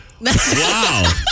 Wow